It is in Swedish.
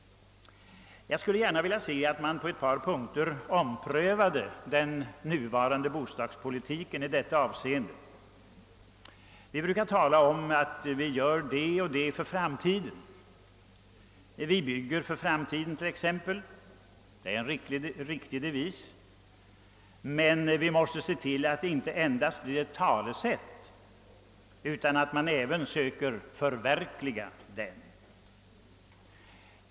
Jag skulle gärna vilja se att man på ett par punkter omprövade den nuvarande bostadspolitiken. Vi brukar tala om att vi gör det och det för framtiden; vi bygger för framtiden t.ex. Det är en riktig devis. Men vi måste se till att den inte endast blir ett talesätt utan att man även söker förverkliga den.